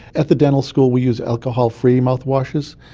at the dental school we use alcohol-free mouthwashes,